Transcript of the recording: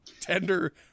Tender